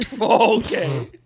okay